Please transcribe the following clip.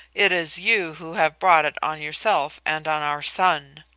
it is you who have brought it on yourself and on our son.